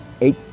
Eight